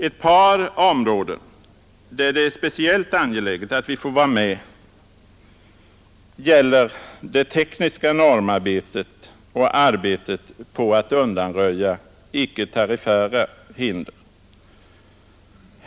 Ett par områden där det är speciellt angeläget att vi får vara med gäller det tekniska normarbetet och arbetet på att undanröja icke-tariffära hinder.